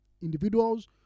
individuals